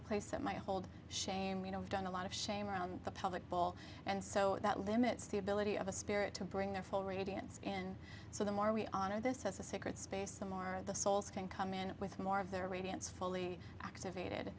a place that might hold shame you know done a lot of shame around the public bull and so that limits the ability of a spirit to bring their full radiance and so the more we honor this as a sacred space them are the souls can come in with more of their radiance fully activated